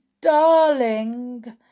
darling